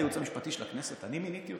הייעוץ המשפטי של הכנסת, אני מיניתי אותו,